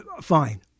fine